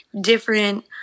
different